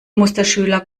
musterschüler